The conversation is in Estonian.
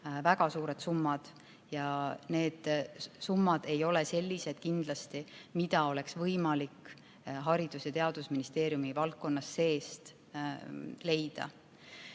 väga suured summad ja need summad ei ole kindlasti sellised, mida oleks võimalik Haridus- ja Teadusministeeriumi valdkonna seest leida.